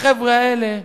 החבר'ה האלה,